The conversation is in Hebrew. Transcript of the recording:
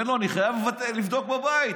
אומר לו: אני חייב לבדוק בבית,